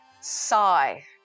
sigh